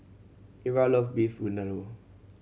Ira love Beef Vindaloo